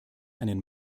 einen